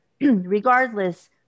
regardless